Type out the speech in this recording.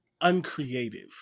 uncreative